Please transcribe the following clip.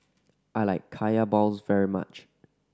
I like Kaya balls very much